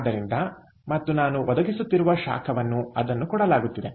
ಆದ್ದರಿಂದ ಮತ್ತು ನಾನು ಒದಗಿಸುತ್ತಿರುವ ಶಾಖವನ್ನು ಅದನ್ನು ಕೊಡಲಾಗುತ್ತಿದೆ